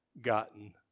gotten